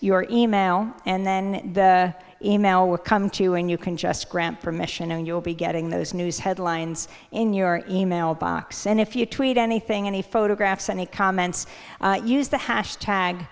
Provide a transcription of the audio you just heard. your e mail and then the e mail will come to you and you can just grant permission and you'll be getting those news headlines in your e mail box and if you tweet anything any photographs any comments use the hash tag